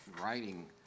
writing